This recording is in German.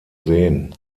sehen